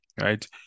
right